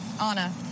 Anna